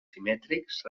simètrics